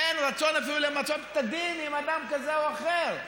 אין רצון אפילו למצות את הדין עם אדם כזה או אחר.